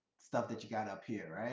stuff that you got up here.